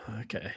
Okay